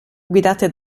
guidate